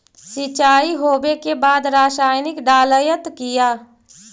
सीचाई हो बे के बाद रसायनिक डालयत किया?